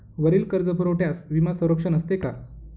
वरील कर्जपुरवठ्यास विमा संरक्षण असते का?